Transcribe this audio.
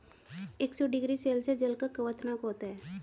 एक सौ degree Celsius जल का क्वथनांक होता है